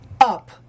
up